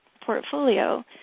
portfolio